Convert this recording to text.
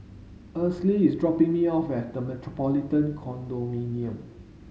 Esley is dropping me off at The Metropolitan Condominium